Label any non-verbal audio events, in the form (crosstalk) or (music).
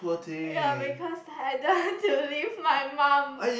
ya because I don't (laughs) want to do leave my mum